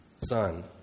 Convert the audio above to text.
Son